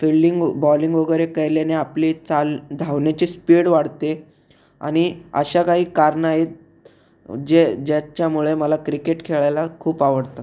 fielding bowling वगैरे केल्याने आपले चाल धावण्याची स्पीड वाढते आणि अशा काही कारणं आहेत जे जेच्यामुळे मला क्रिकेट खेळायला खूप आवडतं